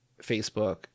Facebook